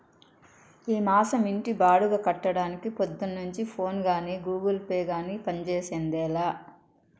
ఈ మాసం ఇంటి బాడుగ కట్టడానికి పొద్దున్నుంచి ఫోనే గానీ, గూగుల్ పే గానీ పంజేసిందేలా